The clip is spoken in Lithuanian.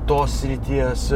tos srities